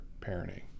parenting